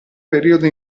periodo